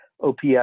OPS